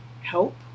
help